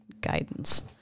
guidance